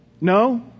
No